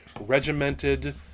regimented